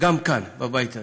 גם כאן, בבית הזה,